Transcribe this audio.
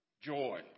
joy